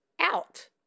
out